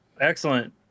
Excellent